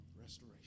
Restoration